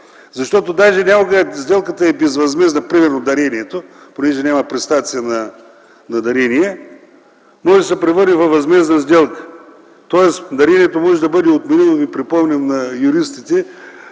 Понякога сделката е безвъзмездна, примерно дарението, понеже няма престация на дарение, но може да се превърне във възмездна сделка. Тоест дарението може да бъде отменено, припомням на юристите,